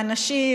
האנשים,